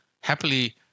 happily